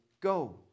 go